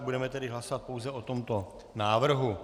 Budeme tedy hlasovat pouze o tomto návrhu.